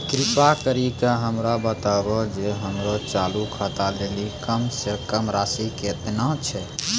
कृपा करि के हमरा बताबो जे हमरो चालू खाता लेली कम से कम राशि केतना छै?